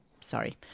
Sorry